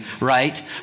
right